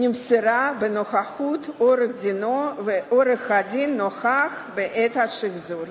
נמסרה בנוכחות עורך-דינו ועורך-הדין נוכח בעת השחזור.